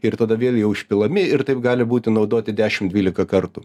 ir tada vėl jie užpilami ir taip gali būti naudoti dešim dvylika kartų